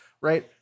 right